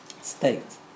states